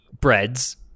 breads